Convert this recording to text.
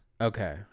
Okay